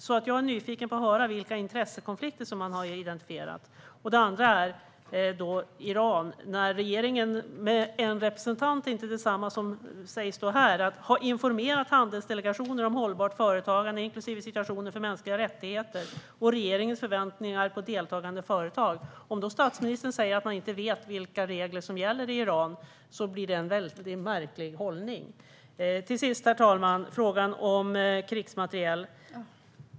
Därför är jag nyfiken på att få höra vilka intressekonflikter som har identifierats. Vad gäller Iran ska en representant för regeringen ha "informerat handelsdelegationer om hållbart företagande inklusive situationen för mänskliga rättigheter och regeringens förväntningar på deltagande företag". Om statsministern säger att man inte vet vilka regler som gäller i Iran blir detta en märklig hållning. Slutligen vill jag, herr talman, ta upp frågan om krigsmateriel.